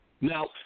Now